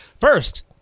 first